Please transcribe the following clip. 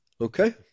okay